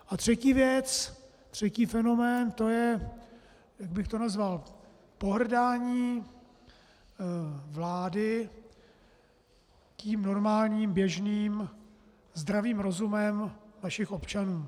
A třetí věc, třetí fenomén, to je, jak bych to nazval, pohrdání vlády normálním, běžným zdravým rozumem našich občanů.